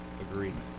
agreement